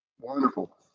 Wonderful